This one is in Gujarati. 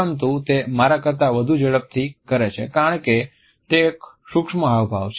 પરંતુ તે મારા કરતા વધુ ઝડપથી કરે છે કારણ કે તે એક સૂક્ષ્મ હાવભાવ છે